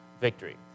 victory